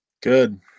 Good